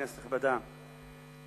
כנסת נכבדה,